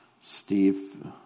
Steve